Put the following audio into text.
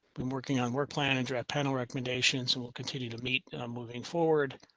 been working on work plan and draft panel recommendations and we'll continue to meet moving forward.